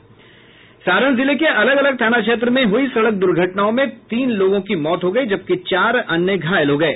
सारण जिले के अलग अलग थाना क्षेत्र में हुई सड़क दुर्घटनाओं में तीन लोगों की मौत हो गयी जबकि चार अन्य घायल हो गये